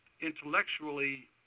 intellectually